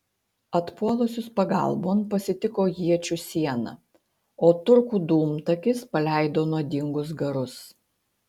atpuolusius pagalbon pasitiko iečių siena o turkų dūmtakis paleido nuodingus garus